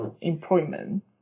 employment